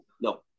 No